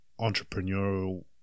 entrepreneurial